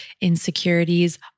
insecurities